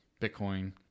Bitcoin